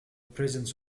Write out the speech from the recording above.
presence